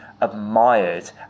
admired